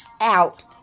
out